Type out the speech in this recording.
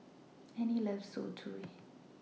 Annis loves Zosui